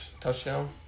Touchdown